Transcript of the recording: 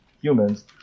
humans